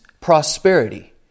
prosperity